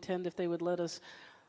attend if they would let us